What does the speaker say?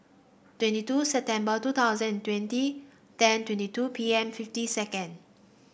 twenty two September two thousand and twenty ten twenty two P M fifty second